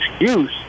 excuse